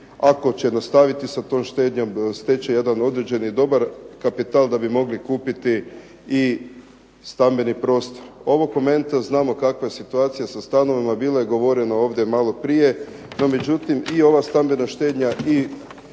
ako će nastaviti s tom štednjom steći jedan određeni dobar kapital da bi mogli kupiti i stambeni prostor. Ovog momenta znamo kakva je situacija sa stanovima, bilo je govoreno ovdje maloprije. No međutim, i ova stambena štednja i